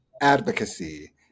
advocacy